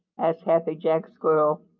asked happy jack squirrel.